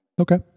Okay